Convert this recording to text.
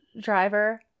driver